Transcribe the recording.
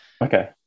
Okay